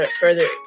further